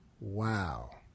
Wow